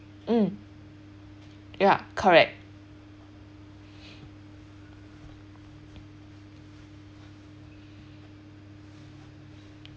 mm ya correct